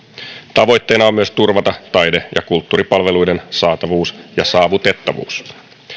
tavoitteena on myös turvata taide ja kulttuuripalveluiden saatavuus ja saavutettavuus